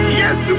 yes